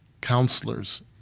counselors